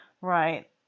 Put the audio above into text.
Right